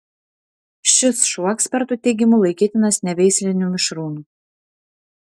šis šuo ekspertų teigimu laikytinas neveisliniu mišrūnu